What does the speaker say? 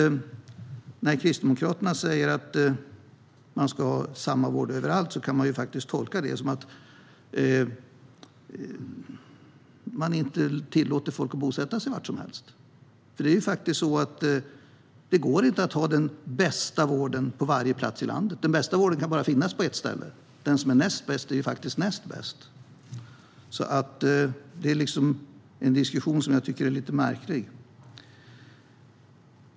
När Kristdemokraterna säger att man ska ha samma vård överallt kan man därför tolka det som att man inte tillåter folk att bosätta sig var som helst. Det går faktiskt inte att ha den bästa vården på varje plats i landet. Den bästa vården kan bara finnas på ett ställe - den som är näst bäst är bara näst bäst. Jag tycker därför att den diskussionen är lite märklig.